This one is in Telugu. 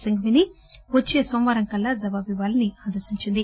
సింఘ్వీని వచ్చే సోమవారం కల్లా జవాబు ఇవ్యాలని ఆదేశించింది